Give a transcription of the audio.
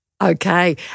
Okay